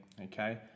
okay